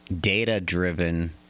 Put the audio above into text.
data-driven